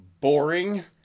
boring